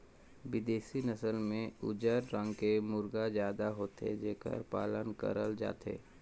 बिदेसी नसल में उजर रंग के मुरगा जादा होथे जेखर पालन करल जाथे